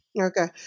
Okay